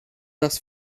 das